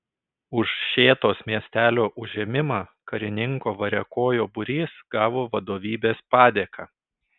už šėtos miestelio užėmimą karininko variakojo būrys gavo vadovybės padėką